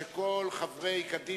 יש איזו בדיחה,